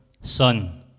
son